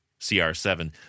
CR7